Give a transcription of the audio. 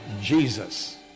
Jesus